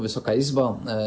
Wysoka Izbo!